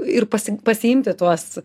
ir pasi pasiimti tuos